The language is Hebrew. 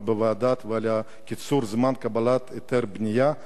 בוועדות ועל קיצור זמן קבלת היתר בנייה,